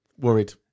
Worried